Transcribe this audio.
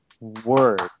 word